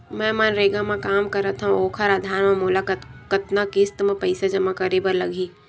मैं मनरेगा म काम करथव, ओखर आधार म मोला कतना किस्त म पईसा जमा करे बर लगही?